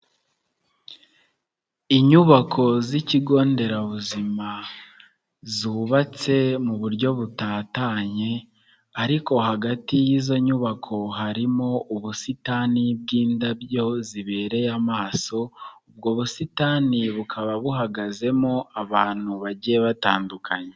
Inyubako z'ikigo nderabuzima zubatse mu buryo butatanye ariko hagati y'izo nyubako harimo ubusitani bw'indabyo zibereye amaso, ubwo busitani bukaba buhagazemo abantu bagiye batandukanye.